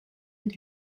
and